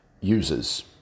users